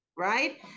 Right